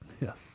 Yes